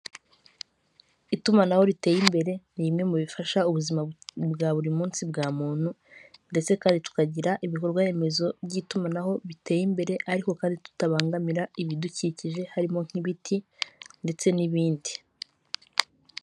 Abagabo babiri bari imbere y'ikamyo umwe yambaye ishati y'amakaro undi yambaye umupira w'umutuku urimo utubara tw'umweru, imbere y'iyo kamyo hari amagambo yandikishije umutuku hari n'ayandi yandikishije umukara.